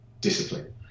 discipline